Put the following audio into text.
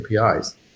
APIs